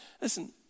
Listen